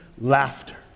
laughter